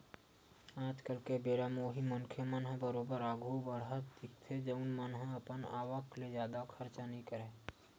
आज के बेरा म उही मनखे मन ह बरोबर आघु बड़हत दिखथे जउन मन ह अपन आवक ले जादा खरचा नइ करय